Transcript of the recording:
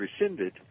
rescinded